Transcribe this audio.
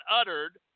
uttered